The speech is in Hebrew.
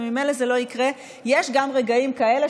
וממילא זה לא יקרה: יש גם רגעים כאלה,